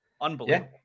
Unbelievable